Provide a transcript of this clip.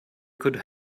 could